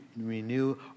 renew